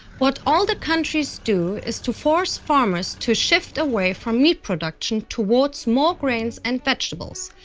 what all the countries do is to force farmers to shift away from meat production towards more grains and vegetables.